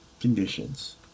conditions